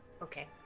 Okay